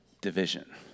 Division